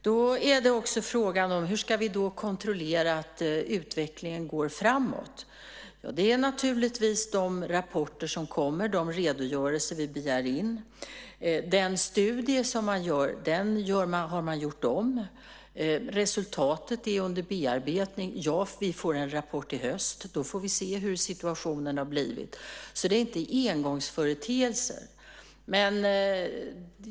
Då är frågan hur vi ska kontrollera att utvecklingen går framåt. Det är naturligtvis viktigt med de rapport som kommer, de redogörelser vi begär in. Den studie man genomför har man gjort om. Resultatet är under bearbetning. Vi får en rapport i höst. Då får vi se hur situationen har blivit. Så det är inte engångsföreteelser.